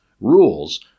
rules